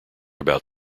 about